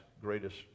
greatest